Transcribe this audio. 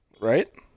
right